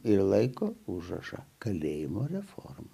ir laiko užrašą kalėjimo reformą